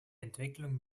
entwicklung